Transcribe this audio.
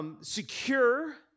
Secure